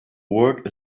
work